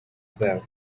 zabo